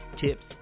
tips